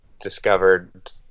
discovered